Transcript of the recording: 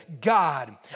God